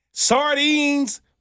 Sardines